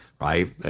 right